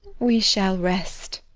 we shall rest.